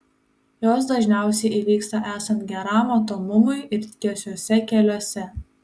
jos dažniausiai įvyksta esant geram matomumui ir tiesiuose keliuose